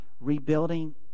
Rebuilding